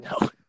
No